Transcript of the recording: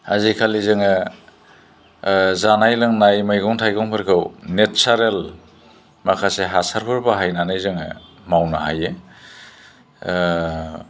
आजिखालि जोङो जानाय लोंनाय मैगं थाइगंफोरखौ नेचारेल माखासे हासारफोर बाहायनानै जोङो मावनो हायो